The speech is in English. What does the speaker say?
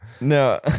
No